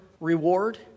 reward